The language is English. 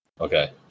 Okay